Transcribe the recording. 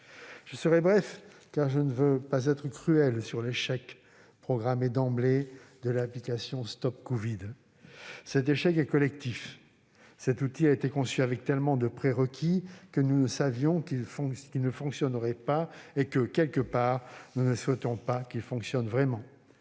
Je serai bref, car je ne veux pas être cruel, sur l'échec, programmé d'emblée, de l'application StopCovid. Cet échec est collectif : cet outil a été conçu avec tant de prérequis que nous savions qu'il ne fonctionnerait pas. D'ailleurs, en un sens, nous ne souhaitions pas qu'il fonctionne vraiment.